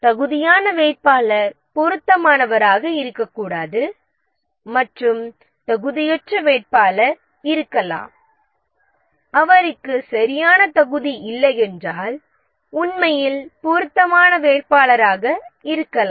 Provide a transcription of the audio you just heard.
தகுதியான வேட்பாளர் பொருத்தமானவராக இருக்கக்கூடாது மற்றும் தகுதியற்ற வேட்பாளர் இருக்கலாம் அவருக்கு சரியான தகுதி இல்லையென்றால் உண்மையில் பொருத்தமான வேட்பாளராக இருக்கலாம்